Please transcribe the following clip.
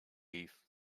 leave